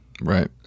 right